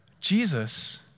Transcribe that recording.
Jesus